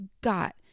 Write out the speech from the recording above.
got